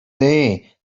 day